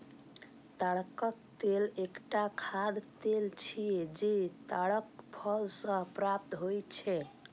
ताड़क तेल एकटा खाद्य तेल छियै, जे ताड़क फल सं प्राप्त होइ छै